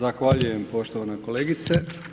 Zahvaljujem poštovana kolegice.